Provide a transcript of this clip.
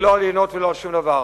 לא על יינות ולא על שום דבר.